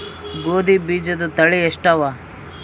ಗೋಧಿ ಬೀಜುದ ತಳಿ ಎಷ್ಟವ?